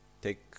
Take